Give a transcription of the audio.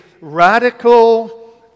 radical